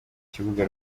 kibuga